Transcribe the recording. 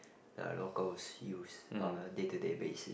the locals use on a day to day basis